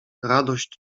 radość